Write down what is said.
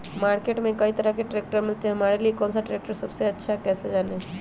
Market में कई तरह के ट्रैक्टर मिलते हैं हमारे लिए कौन सा ट्रैक्टर सबसे अच्छा है कैसे जाने?